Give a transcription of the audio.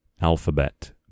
Alphabet